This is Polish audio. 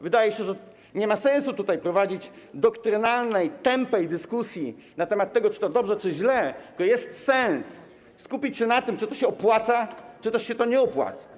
Wydaje się, że nie ma sensu prowadzić doktrynalnej tępej dyskusji na temat tego, czy to dobrze czy źle, tylko jest sens skupić się na tym, czy to się opłaca, czy to też się nie opłaca.